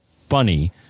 funny